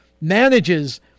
manages